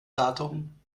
datum